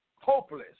hopeless